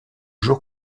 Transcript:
jours